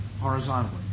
horizontally